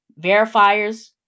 verifiers